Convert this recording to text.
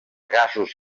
gasos